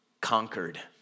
conquered